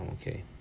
okay